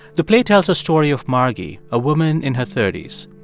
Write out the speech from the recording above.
the play tells a story of margy, a woman in her thirty s.